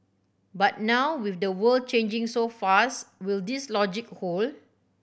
but now with the world changing so fast will this logic hold